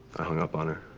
i hung up on her.